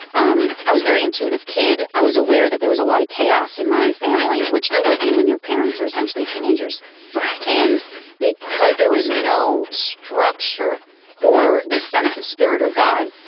um i was a very intuitive kid, i was aware that there was a lot of chaos in my family which there would be when your parents are essentially teenagers and because there was no structure or the sense of spirit or god,